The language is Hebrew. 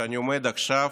שבו אני עומד עכשיו,